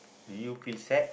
do you feel sad